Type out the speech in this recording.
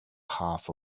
half